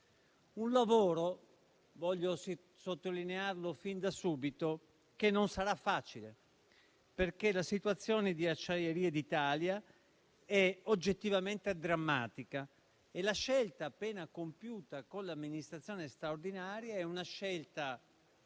Un lavoro - voglio sottolinearlo fin da subito - che non sarà facile, perché la situazione di Acciaierie d'Italia è oggettivamente drammatica e la scelta appena compiuta con l'amministrazione straordinaria è una scelta